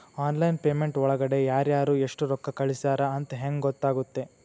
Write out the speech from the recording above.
Online payment ಒಳಗಡೆ ಯಾರ್ಯಾರು ಎಷ್ಟು ರೊಕ್ಕ ಕಳಿಸ್ಯಾರ ಅಂತ ಹೆಂಗ್ ಗೊತ್ತಾಗುತ್ತೆ?